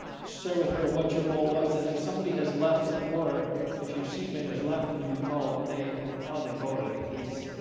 share with her what your vote was and if somebody has left the floor if your seatmate is left and you recall what they how they voted please?